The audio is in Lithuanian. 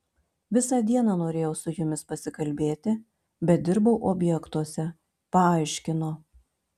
visą dieną norėjau su jumis pasikalbėti bet dirbau objektuose paaiškino